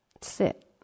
sit